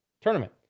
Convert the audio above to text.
Tournament